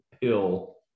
pill